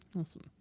Awesome